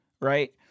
Right